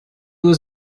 was